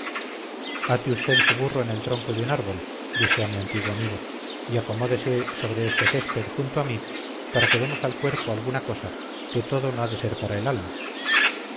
ate usted su burro en el tronco de un árbol dije a mi antiguo amigo y acomódese sobre este césped junto a mí para que demos al cuerpo alguna cosa que todo no ha de ser para el alma